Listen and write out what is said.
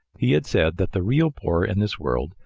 he had said that the real poor in this world,